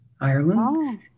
Ireland